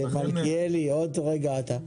מלכיאלי, עוד רגע אתה.